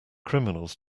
criminals